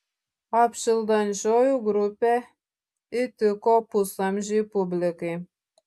apšildančioji grupė įtiko pusamžei publikai